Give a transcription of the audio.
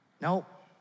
Nope